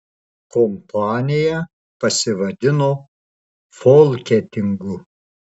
kompanija pasivadino folketingu